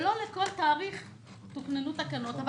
שלא לכל תאריך הותקנו תקנות.